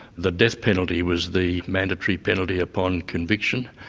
the death penalty was the mandatory penalty upon conviction.